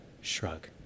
shrug